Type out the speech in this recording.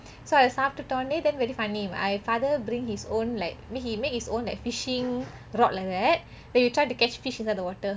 so அதே சாப்பிட்டுட்டாநோ:athe saaptutoneh then very funny my father bring his own like I mean he make his own like fishing rod like that then you try to catch fish inside the water